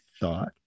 thought